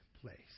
place